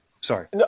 Sorry